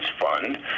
fund